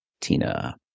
Tina